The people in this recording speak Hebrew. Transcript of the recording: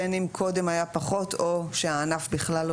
בין אם קודם היה פחות או שהענף בכלל לא